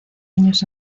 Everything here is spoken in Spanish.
años